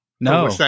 No